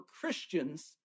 Christians